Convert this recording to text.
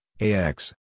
AX